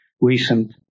recent